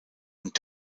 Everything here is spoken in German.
und